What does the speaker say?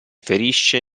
ferisce